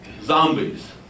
zombies